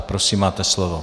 Prosím, máte slovo.